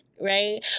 right